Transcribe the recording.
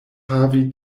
havi